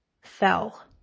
fell